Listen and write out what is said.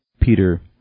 Peter